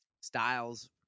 styles